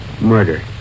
Murder